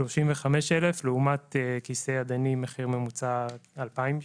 35,000 לעומת כיסא ידני, מחיר ממוצע 2,000 שקל.